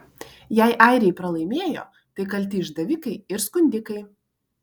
jei airiai pralaimėjo tai kalti išdavikai ir skundikai